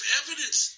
evidence